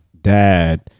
dad